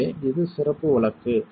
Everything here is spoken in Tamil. எனவே இது சிறப்பு வழக்கு